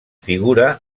figura